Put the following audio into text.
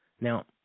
now